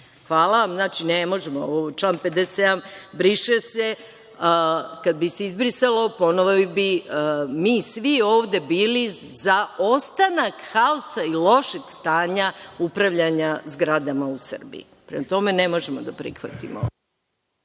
da prihvatimo, ovo član 57. – briše se, kad bi se izbrisalo ponovo bi mi svi ovde bili za ostanak haosa i lošeg stanja upravljanja zgradama u Srbiji. Prema tome, ne možemo da prihvatimo